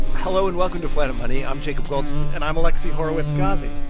hello, and welcome to planet money. i'm jacob goldstein and i'm alexi horowitz-ghazi.